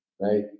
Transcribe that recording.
right